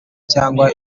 cyangwa